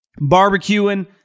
barbecuing